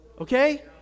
Okay